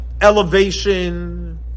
elevation